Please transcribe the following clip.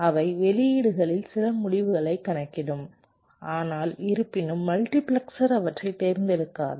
அவை வெளியீடுகளில் சில முடிவுகளைக் கணக்கிடும் ஆனால் இருப்பினும் மல்டிபிளெக்சர் அவற்றைத் தேர்ந்தெடுக்காது